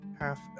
half